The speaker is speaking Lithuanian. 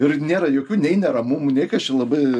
ir nėra jokių nei neramumų nei kas čia labai